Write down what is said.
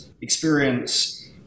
experience